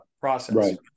process